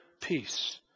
peace